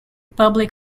public